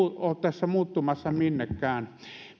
ole tässä muuttumassa minnekään